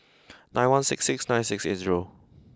nine one six six nine six eight zero